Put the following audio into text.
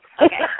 okay